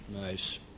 Nice